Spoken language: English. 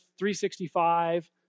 365